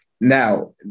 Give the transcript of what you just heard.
Now